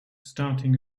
starting